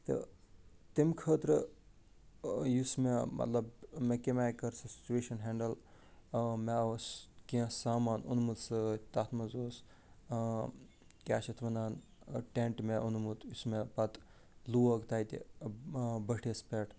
تہٕ تَمہِ خٲطرٕ یُس مےٚ مطلب مےٚ کَمہِ آے کٔر سۄ سٕچویشن ہٮ۪نٛڈٕل مےٚ اوس کیٚنٛہہ سامان اوٚنمُت سۭتۍ تتھ منٛز اوس کیٛاہ چھِ اَتھ وَنان ٹٮ۪نٛٹ مےٚ اوٚنمُت یُس مےٚ پتہٕ لوگ تَتہِ بٔٹھِس پٮ۪ٹھ